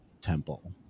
temple